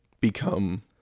become